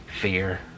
fear